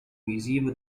visivo